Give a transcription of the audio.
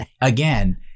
again